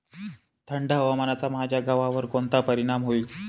थंड हवामानाचा माझ्या गव्हावर कोणता परिणाम होईल?